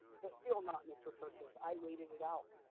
but feel not, mr. persis, i waited it out.